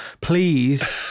Please